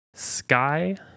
Sky